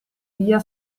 via